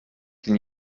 qu’il